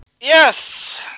Yes